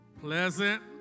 Pleasant